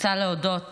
רוצה להודות